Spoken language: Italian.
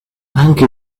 anche